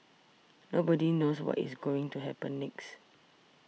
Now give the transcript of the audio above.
nobody knows what is going to happen next